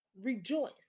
rejoice